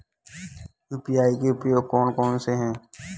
UPI के उपयोग कौन कौन से हैं?